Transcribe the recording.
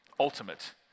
ultimate